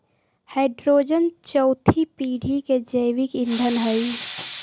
hydrogen चउथी पीढ़ी के जैविक ईंधन हई